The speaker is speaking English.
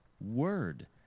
word